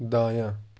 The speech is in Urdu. دایاں